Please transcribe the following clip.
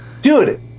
dude